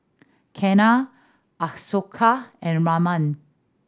Ketna Ashoka and Raman